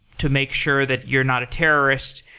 to make sure that you're not a terrorist.